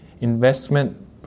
investment